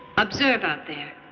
observe out there.